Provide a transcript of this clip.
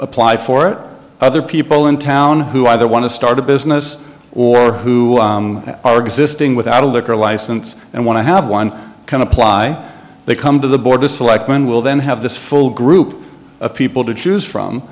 apply for other people in town who either want to start a business or who are existing without a liquor license and want to have one can apply they come to the board to select one will then have this full group of people to choose from